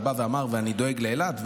ובא ואמר: אני דואג לאילת.